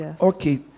Okay